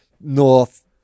North